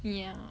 ya